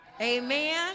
amen